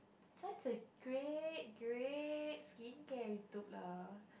such a great great skincare you took lah